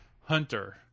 hunter